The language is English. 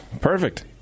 Perfect